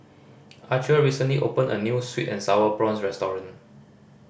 Archer recently opened a new sweet and Sour Prawns restaurant